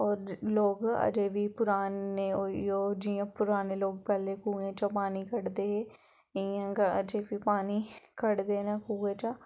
होर लोक अजें बी पराने ओह् इ'यो जि'यां पराने लोक पैह्लें कुएं चा कड्ढदे हे इ'यां गै अजें बी पानी कड्ढदे न कुएं चा